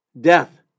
death